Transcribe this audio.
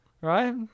Right